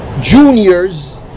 juniors